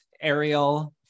Ariel